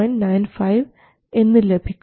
95 എന്ന് ലഭിക്കുന്നു